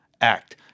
act